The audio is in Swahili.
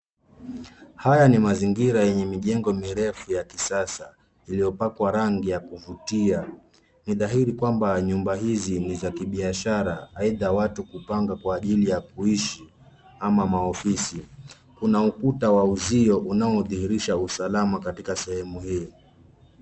Haya ni mazingira yenye mijengo mirefu ya kisasa iliyopakwa rangi ya kuvutia. Nidhahiri kwamba nyumba hizi ni za kibiashara aidha watu kupanga kwa ajili ya kuishi ama maofisi. Kuna kuta wauzio unaodhihirisha usalama katika sehemu hiyo.